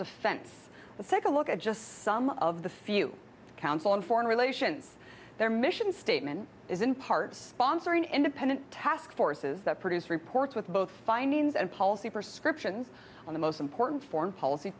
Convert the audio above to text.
defense the second look at just some of the few council on foreign relations their mission statement is in part sponsor an independent task forces that produce reports with both findings and policy prescriptions on the most important foreign policy